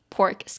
Pork